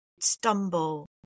stumble